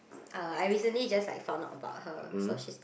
uh I recently just like found out about her so she's